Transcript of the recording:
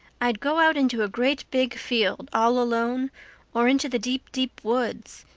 i'd go out into a great big field all alone or into the deep, deep, woods,